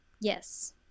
Yes